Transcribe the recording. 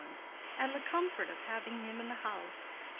and the comfort of having him in the house,